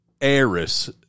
heiress